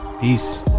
peace